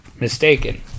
mistaken